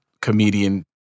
comedian